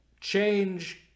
change